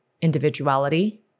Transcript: individuality